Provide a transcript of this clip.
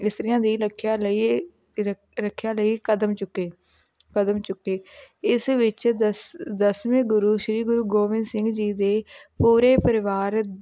ਇਸਤਰੀਆਂ ਦੀ ਰੱਖਿਆ ਲਈ ਰ ਰੱਖਿਆ ਲਈ ਕਦਮ ਚੁੱਕੇ ਕਦਮ ਚੁੱਕੇ ਇਸ ਵਿੱਚ ਦਸ ਦਸਵੇਂ ਗੁਰੂ ਸ਼੍ਰੀ ਗੁਰੂ ਗੋਬਿੰਦ ਸਿੰਘ ਜੀ ਦੇ ਪੂਰੇ ਪਰਿਵਾਰ